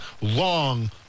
long